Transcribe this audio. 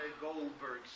Goldberg